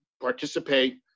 participate